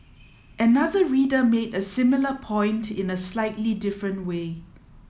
another reader made a similar point in a slightly different way